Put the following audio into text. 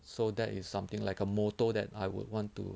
so that is something like a motto that I would want to